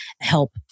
help